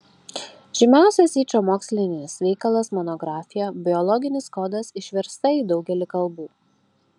žymiausias yčo mokslinis veikalas monografija biologinis kodas išversta į daugelį kalbų